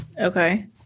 Okay